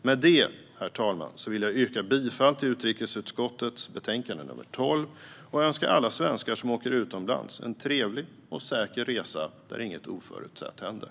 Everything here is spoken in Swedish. Med det, herr talman, vill jag yrka bifall till utskottets förslag i utrikesutskottets betänkande nr 12 och önska alla svenskar som åker utomlands en trevlig och säker resa där inget oförutsett händer.